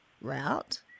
route